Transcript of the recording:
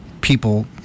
people